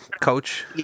coach